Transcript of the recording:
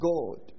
God